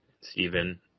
Stephen